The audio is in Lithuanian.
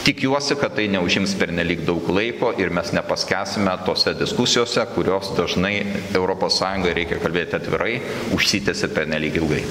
tikiuosi kad tai neužims pernelyg daug laiko ir mes nepaskęsime tose diskusijose kurios dažnai europos sąjungai reikia kalbėti atvirai užsitęsė pernelyg ilgai